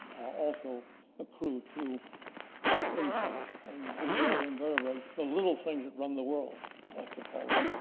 also accrue to insects and and the other invertebrates. the little things that run the world, i like to call them.